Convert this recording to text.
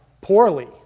poorly